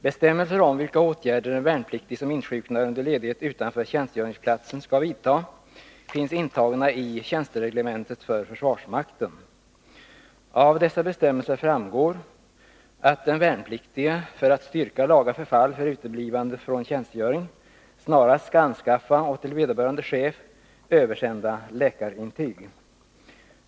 Bestämmelser om vilka åtgärder en värnpliktig som insjuknar under ledighet utanför tjänstgöringsplatsen skall vidta finns intagna i tjänstereglementet för försvarsmakten. Av dessa bestämmelser framgår att den värnpliktige, för att styrka laga förfall för uteblivande från tjänstgöring, snarast skall anskaffa och till vederbörande chef översända läkarintyg.